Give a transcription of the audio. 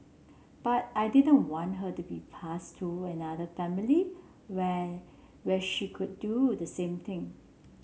but I didn't want her to be passed to another family where where she could do the same thing